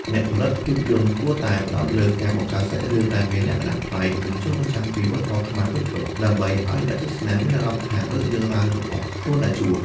អ្នកផលិតភាពយន្តគួរតែផ្តោតលើការបង្កើតសាច់រឿងដែលមានលក្ខណៈប្លែក និងឆ្លុះបញ្ចាំងពីវប្បធម៌ខ្មែរពិតៗ ដើម្បីឲ្យអ្នកទស្សនាមានអារម្មណ៍ថាដូចរឿងរ៉ាវរបស់ខ្លួនដែលជួប។